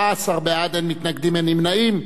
14 בעד, אין מתנגדים, אין נמנעים.